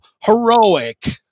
heroic